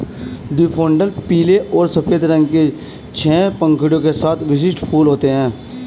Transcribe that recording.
daffodil पीले और सफ़ेद रंग के छह पंखुड़ियों के साथ विशिष्ट फूल होते हैं